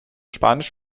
spanisch